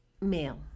Male